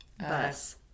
Bus